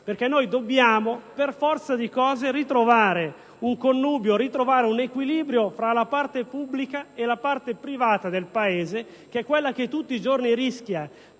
perché per forza di cose dobbiamo ritrovare un equilibrio fra la parte pubblica e la parte privata del Paese, che è quella che tutti i giorni rischia,